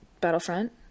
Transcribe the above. Battlefront